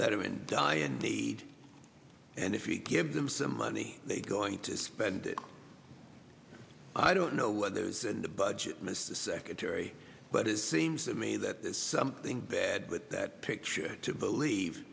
that are in dire need and if we give them some money they going to spend it i don't know what there is in the budget mr secretary but it seems to me that there's something bad with that picture to believe